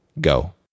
go